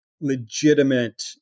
legitimate